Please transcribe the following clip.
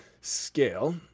Scale